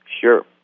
Sure